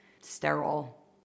sterile